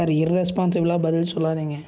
sir இர்ரென்ஸ்பான்ஸிபிளாக பதில் சொல்லாதிங்க